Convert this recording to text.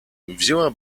wzięła